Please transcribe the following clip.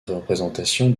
représentations